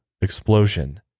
explosion